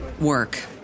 work